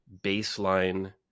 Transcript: baseline